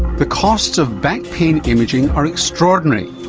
the costs of back pain imaging are extraordinary,